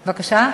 סליחה?